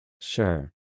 Sure